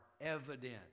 evident